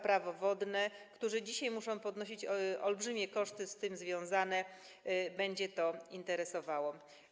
Prawo wodne, którzy dzisiaj muszą ponosić olbrzymie koszty z tym związane, będzie interesowała.